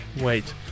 wait